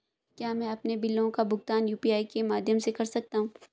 क्या मैं अपने बिलों का भुगतान यू.पी.आई के माध्यम से कर सकता हूँ?